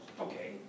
Okay